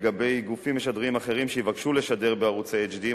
לגבי גופים משדרים אחרים שיבקשו לשדר בערוצי HD,